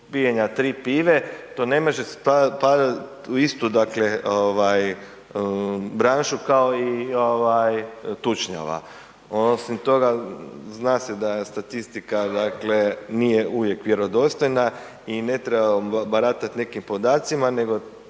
pijenja tri pive to ne može spadat u istu dakle ovaj branšu kao i ovaj tučnjava, osim toga zna se da statistika dakle nije uvijek vjerodostojna i ne treba baratat nekim podacima,